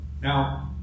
Now